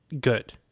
good